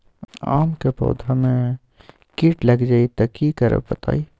आम क पौधा म कीट लग जई त की करब बताई?